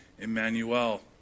Emmanuel